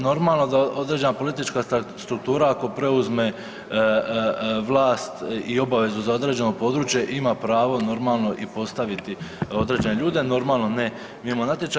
Normalno da određena politička struktura ako preuzme vlast i obavezu za određeno područje ima pravo normalno i postaviti određene ljude, normalno ne mimo natječaja.